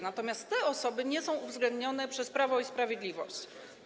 Natomiast te osoby nie są uwzględnione przez Prawo i Sprawiedliwość.